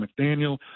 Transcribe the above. McDaniel